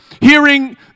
hearing